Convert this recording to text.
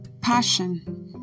passion